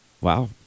Wow